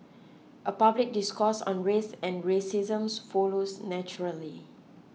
a public discourse on race and racism follows naturally